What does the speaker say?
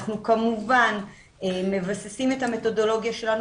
כמובן שאנחנו מבססים את המתודולוגיה שלנו